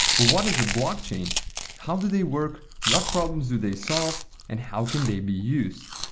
but what is a blockchain? how do they work, what problems do they solve and how can they be used?